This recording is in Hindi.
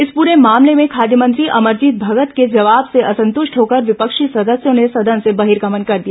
इस पूरे मामले में खाद्य मंत्री अमरजीत भगत के जवाब से असंतुष्ट होकर विपक्षी सदस्यों ने सदन से बहिर्गमन कर दिया